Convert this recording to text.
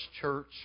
church